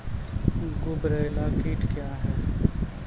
गुबरैला कीट क्या हैं?